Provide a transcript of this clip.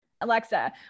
Alexa